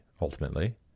ultimately